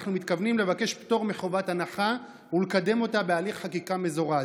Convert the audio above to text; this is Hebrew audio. ואנחנו מתכוונים לבקש פטור מחובת הנחה ולקדם אותה בהליך חקיקה מזורז.